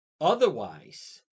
Otherwise